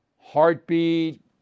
heartbeat